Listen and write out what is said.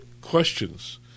questions